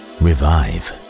revive